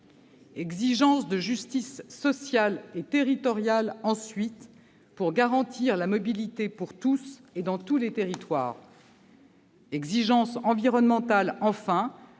exigence de justice sociale et territoriale, ensuite, afin de garantir la mobilité pour tous et dans tous les territoires ; exigence environnementale, enfin,